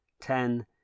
ten